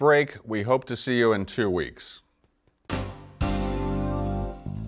break we hope to see you in two weeks